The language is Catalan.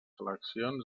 seleccions